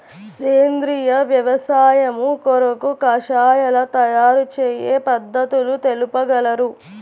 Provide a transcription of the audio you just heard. సేంద్రియ వ్యవసాయము కొరకు కషాయాల తయారు చేయు పద్ధతులు తెలుపగలరు?